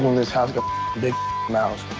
this house got big mouths.